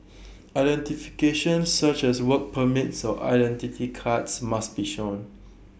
identification such as work permits or identity cards must be shown